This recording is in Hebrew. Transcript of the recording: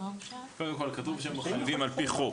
קודם כל כתוב שהם מחייבים על פי חוק.